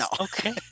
Okay